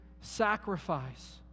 sacrifice